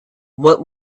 what